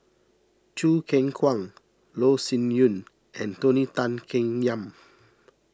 Choo Keng Kwang Loh Sin Yun and Tony Tan Keng Yam